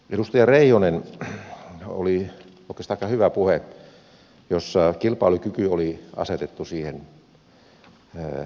edustaja reijonen oli oikeastaan aika hyvä puhe jossa kilpailukyky oli asetettu kärjeksi